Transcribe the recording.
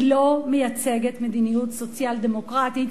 היא לא מייצגת מדיניות סוציאל-דמוקרטית,